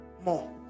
More